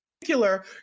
particular